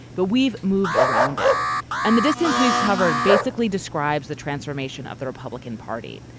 but we've moved around it and the distance we've covered basically describes the transformation of the republican party.